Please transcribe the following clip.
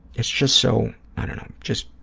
it's just so, i don't know, it just